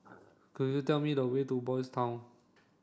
could you tell me the way to Boys' Town